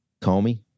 Comey